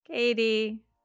Katie